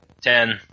Ten